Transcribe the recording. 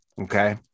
okay